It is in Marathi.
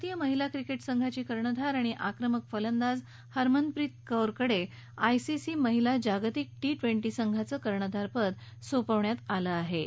भारतीय महिला क्रिकेट संघाची कर्णधार आणि आक्रमक फलंदाज हरमनप्रीत कौरकडे आयसीसी महिला जागतिक टी ट्वेंटी संघाचं कर्णधारपद सोपवण्यात आलं आहे